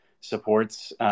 supports